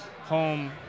home